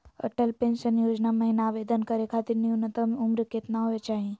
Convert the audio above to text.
Atal pension योजना महिना आवेदन करै खातिर न्युनतम उम्र केतना होवे चाही?